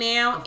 Now